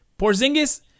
Porzingis